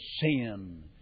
sin